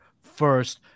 first